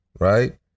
Right